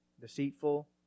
deceitful